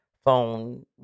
phone